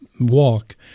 walk